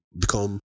become